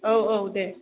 औ औ दे